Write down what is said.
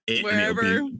Wherever